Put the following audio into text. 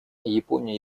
япония